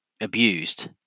abused